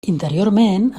interiorment